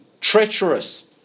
treacherous